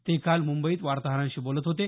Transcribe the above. ते काल मुंबईत वार्ताहरांशी बोलत होते